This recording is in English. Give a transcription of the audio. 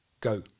Go